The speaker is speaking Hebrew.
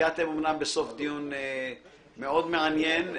הגעתם אומנם בסוף דיון מאוד מעניין.